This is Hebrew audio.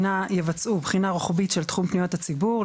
יבצעו בחינה רוחבית של תחום פניות הציבור,